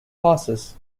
horses